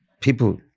people